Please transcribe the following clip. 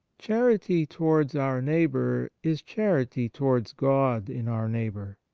charity towards our neighbour is charity towards god in our neighbour,